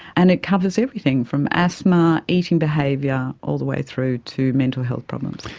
and it covers everything, from asthma, eating behaviour, all the way through to mental health problems.